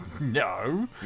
No